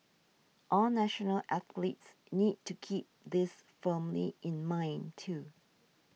all national athletes need to keep this firmly in mind too